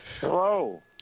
Hello